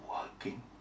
working